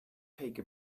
take